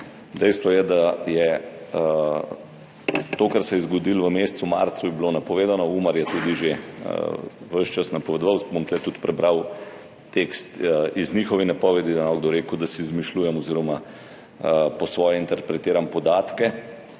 Dejstvo je, da je bilo to, kar se je zgodilo v mesecu marcu, napovedano. Umar je tudi že ves čas napovedoval, bom tudi prebral tekst iz njihove napovedi, da ne bo kdo rekel, da si izmišljujem oziroma po svoje interpretiram podatke.